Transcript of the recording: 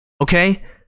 Okay